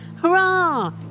Hurrah